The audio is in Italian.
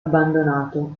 abbandonato